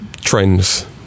trends